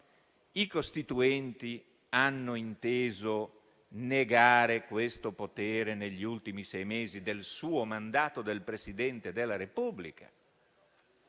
i Costituenti hanno inteso negare questo potere negli ultimi sei mesi del mandato del Presidente della Repubblica?